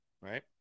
Right